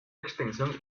extensión